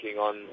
on